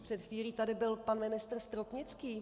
Před chvílí tady byl pan ministr Stropnický.